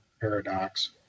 paradox